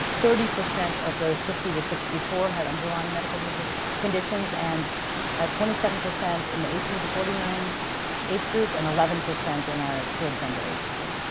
thirty percent of those fifty to sixty four had underlying medical conditions and twenty seven percent in the eighteen to forty nine age group and eleven percent in our kids under eighteen.